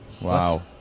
Wow